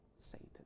Satan